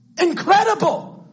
Incredible